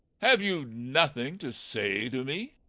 have you nothing to say to me?